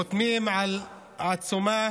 חותמים על עצומה